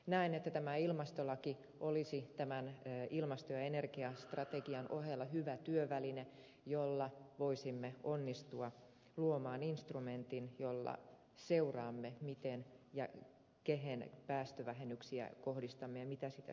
näen että tämä ilmastolaki olisi tämän ilmasto ja energiastrategian ohella hyvä työväline jolla voisimme onnistua luomaan instrumentin jolla seuraamme miten ja mihin päästövähennyksiä kohdistamme ja mitä siitä seuraa